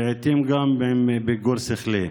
לעיתים גם עם פיגור שכלי.